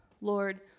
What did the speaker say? Lord